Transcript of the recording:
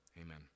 Amen